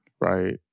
right